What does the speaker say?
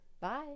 bye